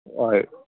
हय